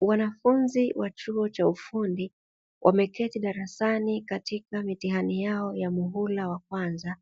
Wanafunzi wa chuo cha ufundi wameketi darasani katika mitihani yao ya muhula wa kwanza,